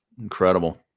Incredible